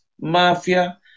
mafia